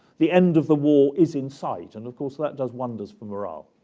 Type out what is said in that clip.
the end of the war is in sight. and of course, that does wonders for morale.